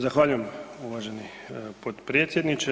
Zahvaljujem uvaženi potpredsjedniče.